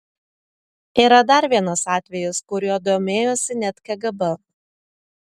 yra dar vienas atvejis kuriuo domėjosi net kgb